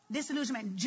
Disillusionment